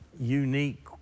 unique